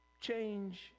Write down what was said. change